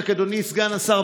אדוני סגן השר,